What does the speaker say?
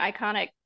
iconic